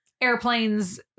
Airplanes